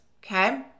Okay